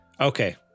okay